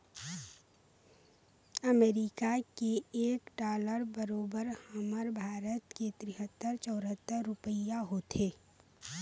अमरीका के एक डॉलर बरोबर हमर भारत के तिहत्तर चउहत्तर रूपइया होथे